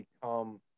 become